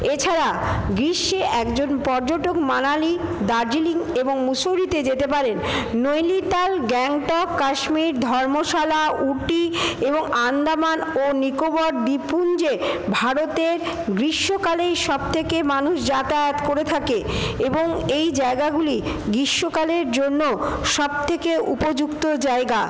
এছাড়া গ্রীষ্মে একজন পর্যটক মানালি দার্জিলিং এবং মুসৌরিতে যেতে পারেন নৈনিতাল গ্যাংটক কাশ্মীর ধর্মশালা উটি এবং আন্দামান ও নিকোবর দ্বীপপুঞ্জে ভারতের গ্রীষ্মকালেই সবথেকে মানুষ যাতায়াত করে থাকে এবং এই জায়গাগুলি গ্রীষ্মকালের জন্য সবথেকে উপযুক্ত জায়গা